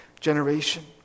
generation